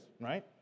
right